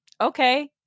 okay